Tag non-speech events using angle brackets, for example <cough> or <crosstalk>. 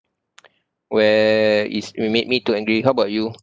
<noise> where is ma~ made me too angry how about you